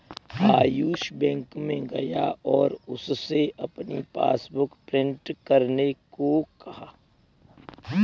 Ayush bank में गया और उससे अपनी पासबुक प्रिंट करने को कहा